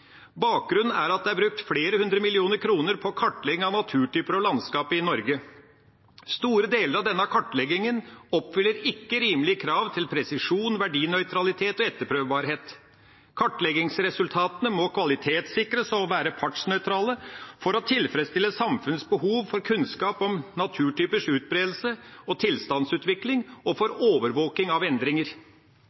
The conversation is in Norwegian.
Bakgrunnen er at det er brukt flere hundre millioner kroner på kartlegging av naturtyper og landskap i Norge. Store deler av denne kartleggingen oppfyller ikke rimelige krav til presisjon, verdinøytralitet og etterprøvbarhet. Kartleggingsresultatene må kvalitetssikres og være partsnøytrale for å tilfredsstille samfunnets behov for kunnskap om naturtypers utbredelse og tilstandsutvikling og for overvåking av endringer.